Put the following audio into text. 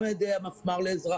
גם על ידי המפמ"ר לאזרחות.